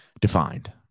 defined